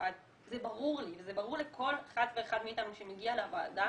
זה ברור לי וזה ברור לכל אחד ואחת מאיתנו שמגיע לוועדה.